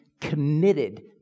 committed